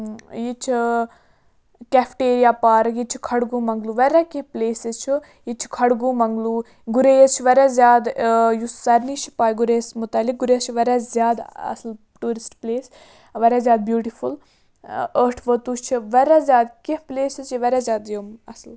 ییٚتہِ چھِ cafeteria park ییٚتہِ چھِ کھڑگو منٛگلوٗ واریاہ کیٚنٛہہ پٕلیسٕز چھِ ییٚتہِ چھِ کھڑگو منٛگلوٗ گُریز چھِ واریاہ زیادٕ یُس سارنی چھِ پَے گُریس مُتعلِق گُریس چھِ واریاہ زیادٕ اَصٕل ٹوٗرِسٹ پٕلیس واریاہ زیادٕ بیوٗٹِفُل ٲٹھ ؤتُو چھِ واریاہ زیادٕ کیٚنٛہہ پٕلیسٕز چھِ واریاہ زیادٕ یِم اَصٕل